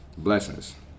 Blessings